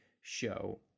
show